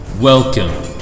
Welcome